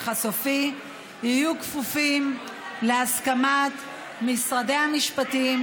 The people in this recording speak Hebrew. הסופי יהיו כפופים להסכמת משרד המשפטים,